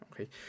Okay